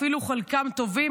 אפילו חלקם טובים,